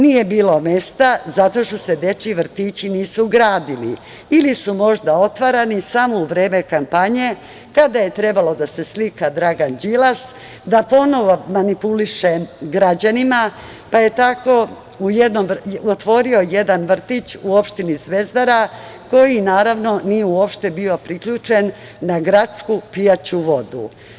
Nije bilo mesta zato što se dečiji vrtići nisu gradili ili su možda otvarani samo u vreme kampanje, kada je trebalo da se slika Dragan Đilas da ponovo manipuliše građanima, pa je tako otvorio jedan vrtić u opštini Zvezdara koji, naravno, nije uopšte bio priključen na gradsku pijaću vodu.